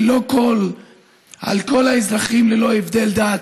ללא הבדל דת,